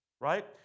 right